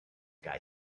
guy